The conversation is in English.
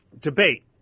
debate